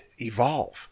evolve